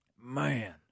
man